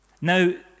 Now